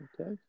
Okay